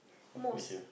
mosque